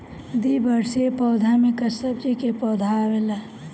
द्विवार्षिक पौधा में कुछ सब्जी के पौधा आवेला